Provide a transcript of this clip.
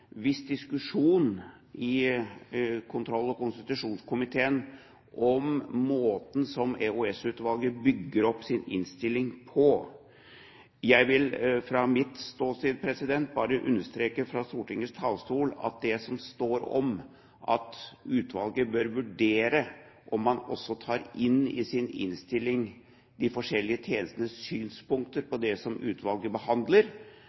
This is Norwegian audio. diskusjon i kontroll- og konstitusjonskomiteen om måten EOS-utvalget bygger opp sin melding på. Jeg vil fra mitt ståsted bare understreke fra Stortingets talerstol at det som står om at utvalget bør vurdere å ta inn i sin melding også de forskjellige tjenestenes synspunkter på det som utvalget behandler,